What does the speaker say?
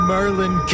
Merlin